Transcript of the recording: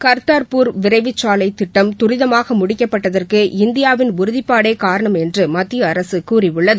கர்த்தார்ப்பூர் விரைவு சாலை திட்டம் தரிதமாக முடிக்கப்பட்டதற்கு இந்தியாவின் உறுதிப்பாடே காரணம் என்று மத்திய அரசு கூறியுள்ளது